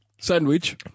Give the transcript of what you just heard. sandwich